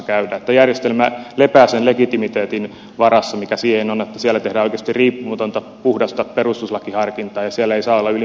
tämä järjestelmä lepää sen legitimiteetin varassa mikä siinä on että siellä tehdään oikeasti riippumatonta puhdasta perustuslakiharkintaa ja siellä ei saa olla ylimääräistä poliittista harkintaa